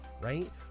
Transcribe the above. right